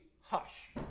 hush